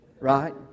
Right